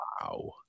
Wow